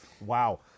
Wow